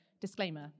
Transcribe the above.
Disclaimer